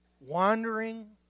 wandering